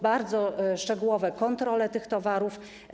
Bardzo szczegółowe są kontrole tych towarów.